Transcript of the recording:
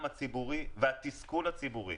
יש זעם ציבורי ותסכול ציבורי